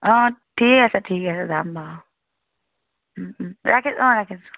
অ' ঠিক আছে ঠিক আছে যাম বাৰু ৰাখিছোঁ অ' ৰাখিছোঁ